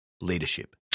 leadership